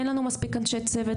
אין לנו מספיק אנשי צוות,